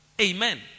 Amen